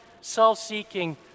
self-seeking